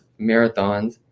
marathons